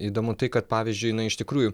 įdomu tai kad pavyzdžiui jinai iš tikrųjų